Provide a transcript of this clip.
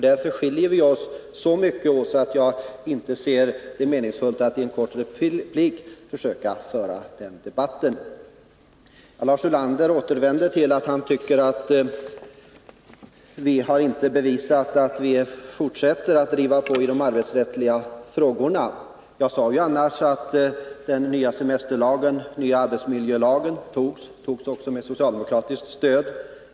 Därför skiljer vi oss så mycket åt att jag inte ser det som meningsfullt att i en kort replik försöka föra den debatten. Lars Ulander återvänder till att han tycker att vi inte har visat att vi fortsätter att driva på i de arbetsrättsliga frågorna. Jag sade ju annars att den nya semesterlagen och den nya arbetsmiljölagen antogs också med social demokratiskt stöd.